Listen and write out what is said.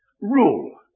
rule